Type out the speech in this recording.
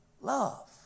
love